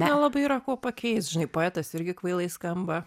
nelabai yra kuo pakeist žinai poetas irgi kvailai skamba